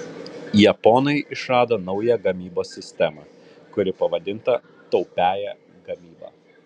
japonai išrado naują gamybos sistemą kuri pavadinta taupiąja gamyba